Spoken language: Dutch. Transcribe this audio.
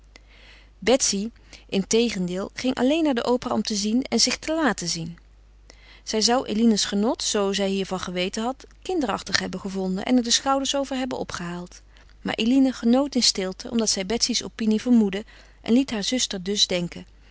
betsy integendeel ging alleen naar de opera om te zien en zich te laten zien zij zou eline's genot zoo zij hiervan geweten had kinderachtig hebben gevonden en er de schouders over hebben opgehaald maar eline genoot in stilte omdat zij betsy's opinie vermoedde en liet haar zuster dus denken